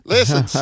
Listen